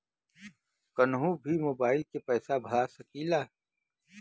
कन्हू भी मोबाइल के पैसा भरा सकीला?